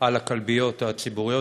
על הכלביות הציבוריות.